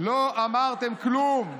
לא אמרתם כלום.